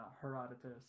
Herodotus